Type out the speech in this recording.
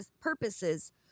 purposes